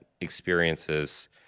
experiences